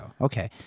Okay